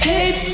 Hey